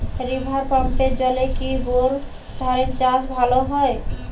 River পাম্পের জলে কি বোর ধানের চাষ ভালো হয়?